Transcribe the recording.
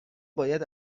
باید